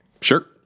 Sure